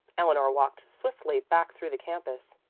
eleanor walked swiftly back through the campus.